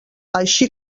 així